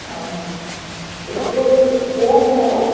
অঁ স্কুল গৈ আছে ছাগে